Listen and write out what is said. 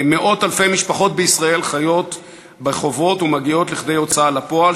מאות אלפי משפחות בישראל חיות בחובות ומגיעות לכדי הוצאה לפועל,